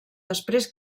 després